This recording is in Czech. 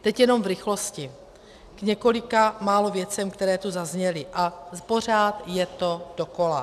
Teď jenom v rychlosti k několika málo věcem, které tu zazněly, a pořád je to dokola.